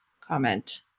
comment